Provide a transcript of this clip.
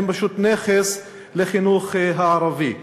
הם פשוט נכס לחינוך הערבי.